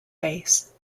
base